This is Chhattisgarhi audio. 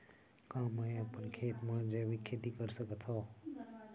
का मैं अपन खेत म जैविक खेती कर सकत हंव?